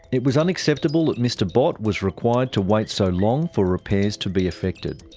it was unacceptable that mr bott was required to wait so long for repairs to be effected.